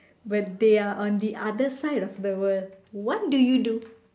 but they are on the other side of the world what do you do